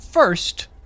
First